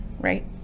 right